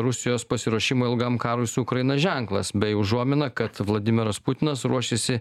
rusijos pasiruošimui ilgam karui su ukraina ženklas bei užuomina kad vladimiras putinas ruošėsi